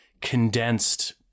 condensed